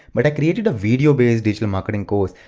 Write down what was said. but i created a video-based digital marketing course.